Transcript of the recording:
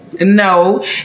No